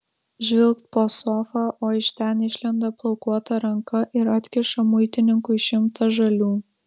žvilgt po sofa o iš ten išlenda plaukuota ranka ir atkiša muitininkui šimtą žalių